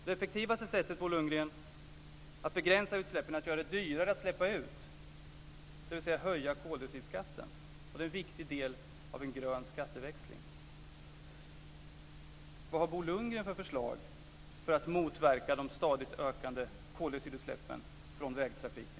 Det effektivaste sättet, Bo Lundgren, att begränsa utsläppen, dvs. att göra det dyrare att släppa ut, är att höja koldioxidskatten. Det är en viktig del i en grön skatteväxling. Vad har Bo Lundgren för förslag för att motverka de stadigt ökande koldioxidutsläppen från vägtrafiken?